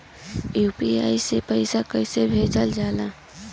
UPI से पैसा कइसे भेजल जाई?